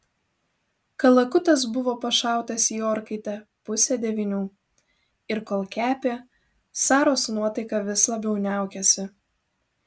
kalakutas buvo pašautas į orkaitę pusę devynių ir kol kepė saros nuotaika vis labiau niaukėsi